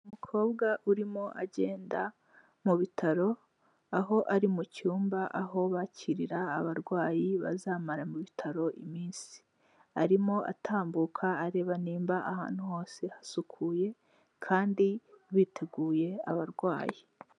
Umukobwa urimo agenda mu bitaro, aho ari mu cyumba aho bakirira abarwayi bazamara mu bitaro iminsi. Arimo atambuka areba niba ahantu hose hasukuye kandi biteguye abarwayi.